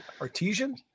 artesian